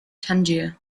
tangier